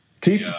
Keep